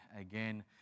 again